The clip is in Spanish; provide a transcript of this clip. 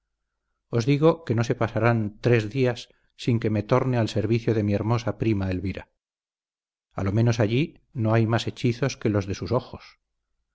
os digo que no se pasarán tres días sin que me torne al servicio de mi hermosa prima elvira a lo menos allí no hay más hechizos que los de sus ojos